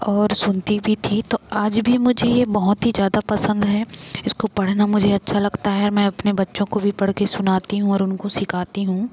और सुनती भी थी तो आज भी मुझे ये बहुत ही ज़्यादा पसंद है इसको पढ़ना मुझे अच्छा लगता है मैं अपने बच्चों को भी पढ़ के सुनाती हूँ और उनको सिखाती हूँ